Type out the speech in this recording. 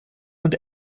und